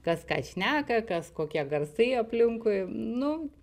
kas ką šneka kas kokie garsai aplinkui nu